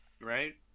Right